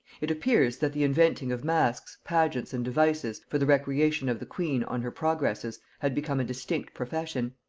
it appears that the inventing of masks, pageants and devices for the recreation of the queen on her progresses had become a distinct profession.